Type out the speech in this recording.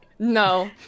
No